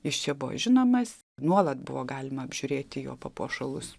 jis čia buvo žinomas nuolat buvo galima apžiūrėti jo papuošalus